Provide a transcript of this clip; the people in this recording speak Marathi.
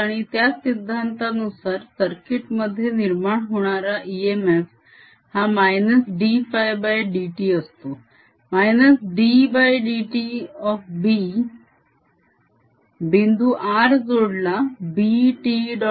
आणि त्या सिद्धांतानुसार सर्किट मध्ये निर्माण होणारा इएमएफ हा -dφdt असतो ddt बिंदू r जोडला B t